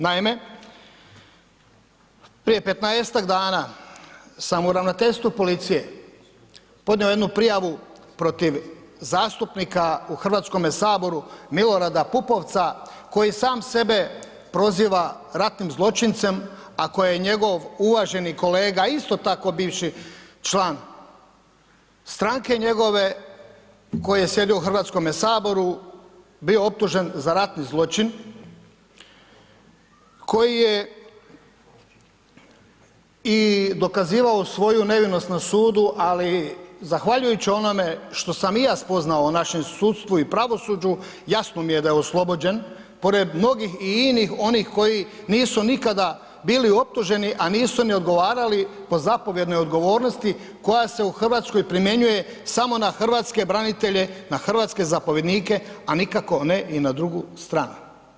Naime, prije 15 dana sam u Ravnateljstvu policije podnio jednu prijavu protiv zastupnika u Hrvatskome saboru, Milorada Pupovca koji sam sebe proziva ratnim zločincem, a koje je njegov uvaženi kolega, isto tako bivši član Stranke njegove, koji je sjedio u Hrvatskome saboru bio optužen za ratni zločin, koji je i dokazivao svoju nevinost na sudu, ali zahvaljujući onome što sam i ja spoznao o našem sudstvu i pravosuđu, jasno mi je da je oslobođen, pored mnogih i inih onih koji nisu nikada bili optuženi, a nisu ni odgovarali po zapovjednoj odgovornosti koja se u Hrvatskoj primjenjuje samo na hrvatske branitelje, na hrvatske zapovjednike, a nikako ne i na drugu stranu.